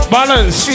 Balance